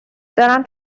دارم